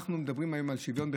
אנחנו מדברים היום על שוויון בחינוך?